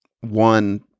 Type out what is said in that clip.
one